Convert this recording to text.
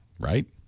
Right